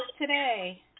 today